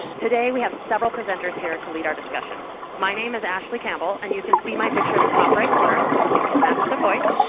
today we have several presenters here to lead our discussion. my name is ashley campbell and you can see my picture in the top right corner, so you can match the voice.